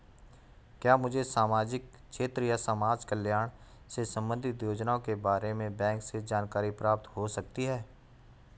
क्या मुझे सामाजिक क्षेत्र या समाजकल्याण से संबंधित योजनाओं के बारे में बैंक से जानकारी प्राप्त हो सकती है?